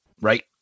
right